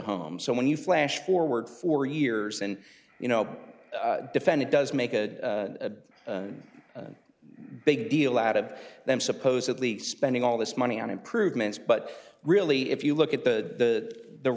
home so when you flash forward four years and you know defend it does make a big deal out of them supposedly spending all this money on improvements but really if you look at the the